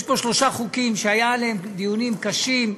יש פה שלושה חוקים שהיו עליהם דיונים קשים,